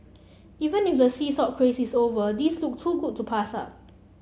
even if the sea salt craze is over these look too good to pass up